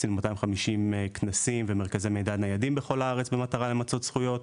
עשינו 250 כנסים ומרכזי מידע ניידים בכל הארץ במטרה למצות זכויות,